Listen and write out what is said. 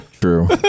True